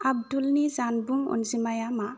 आबदुलनि जानबुं अनजिमाया मा